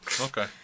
okay